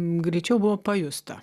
greičiau buvo pajusta